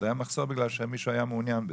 היה מחסור בגלל שמישהו היה מעוניין בזה.